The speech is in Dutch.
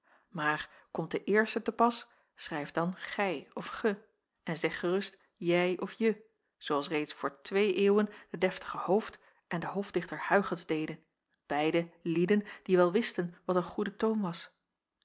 maar komt de eerste te pas schrijf dan gij of ge en zeg gerust jij of je zoo als reeds voor twee eeuwen de deftige hooft en de hofdichter huygens deden beiden lieden die wel wisten wat een goede toon was